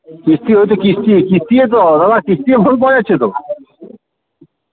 কিস্তি হইতে কিস্তি কিস্তিয়ে দাদা কিস্তিতে ফোন পাওয়া যাচ্ছে তো